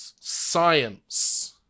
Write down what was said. science